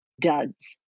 duds